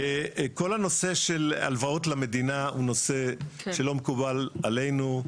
כל הנושא של הלוואות למדינה הוא נושא שלא מקובל עלינו.